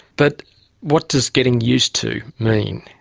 but what does getting used to mean?